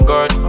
God